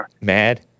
mad